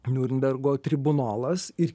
niurnbergo tribunolas ir